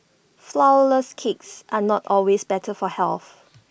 Flourless Cakes are not always better for health